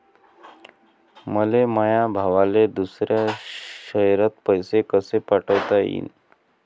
मले माया भावाले दुसऱ्या शयरात पैसे कसे पाठवता येईन?